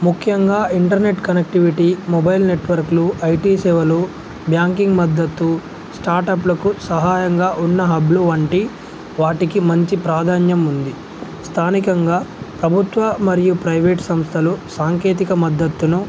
ముఖ్యంగా internet connectivity mobile నెట్వర్క్లు IT సేవలు బ్యాంకింగ్ మద్దతు స్టార్టఅప్లకు సహాయంగా ఉన్న హబ్లు వంటి వాటికి మంచి ప్రాధాన్యం ఉంది స్థానికంగా ప్రభుత్వ మరియు ప్రైవేట్ సంస్థలు సాంకేతిక మద్దత్తును